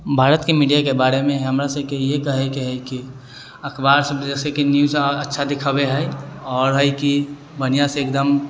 भारतके मीडियाके बारेमे हमरासभके ई कहयके हइ कि अखबारसभ जैसेकि न्यूज अच्छा दिखबय हइ आओर हइ कि बढ़िआँसँ एकदम